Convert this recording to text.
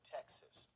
Texas